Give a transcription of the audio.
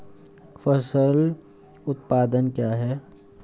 फसल उत्पादन क्या है?